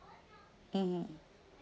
mmhmm